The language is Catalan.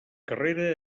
carrera